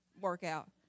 workout